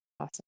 Awesome